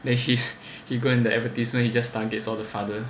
then he's going the advertisement he just targets all the father